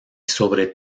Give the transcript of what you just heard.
sobre